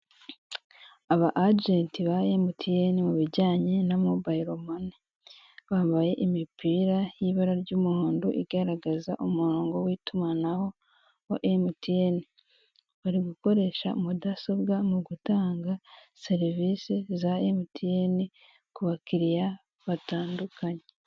Aba ajenti ba emutiyeni mu bijyanye na mobayilo mani bambaye imipira y'ibara ry'umuhondo igaragaza umurongo w'itumanaho wa emutiyeni, bari gukoresha mudasobwa mu gutanga serivise za emutiyeni ku bakiriya batandukanye.